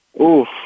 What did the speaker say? Oof